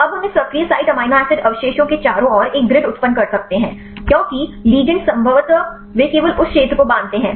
तो अब हम इस सक्रिय साइट एमिनो एसिड अवशेषों के चारों ओर एक ग्रिड उत्पन्न कर सकते हैं क्योंकि लिगेंड संभवतः वे केवल उस क्षेत्र को बांधते हैं